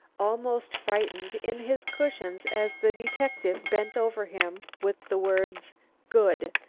almost frightened, in his cushions as the detective bent over him with the words good.